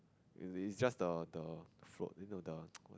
it's it's just the the float you know the